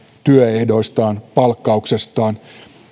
työehdoistaan palkkauksestaan